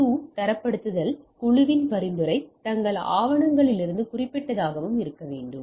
802 தரப்படுத்தல் குழுவின் பரிந்துரை தங்கள் ஆவணங்களிலிருந்து குறிப்பிட்டதாகவும் இருக்க வேண்டும்